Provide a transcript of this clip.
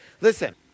Listen